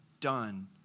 done